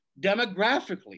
demographically